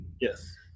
yes